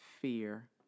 fear